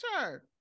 Sure